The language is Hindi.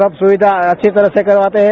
सब सुविधा अच्छी तरह से करवाते हैं